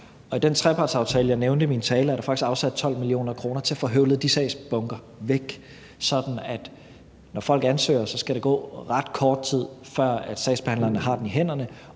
i den trepartsaftale, jeg nævnte i min tale, er der faktisk afsat 12 mio. kr. til at få høvlet de sagspukler væk, sådan at når folk ansøger, skal der gå ret kort tid, før sagsbehandleren har den i hænderne,